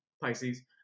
Pisces